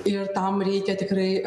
ir tam reikia tikrai